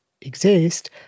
exist